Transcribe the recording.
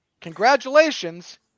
Congratulations